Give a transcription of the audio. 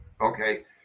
Okay